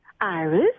Iris